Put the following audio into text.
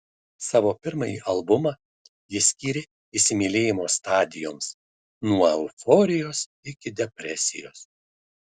savo pirmąjį albumą ji skyrė įsimylėjimo stadijoms nuo euforijos iki depresijos